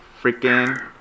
freaking